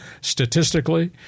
statistically